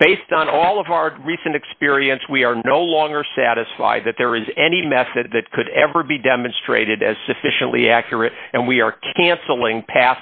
based on all of our recent experience we are no longer satisfied that there is any method that could ever be demonstrated as sufficiently accurate and we are cancelling pa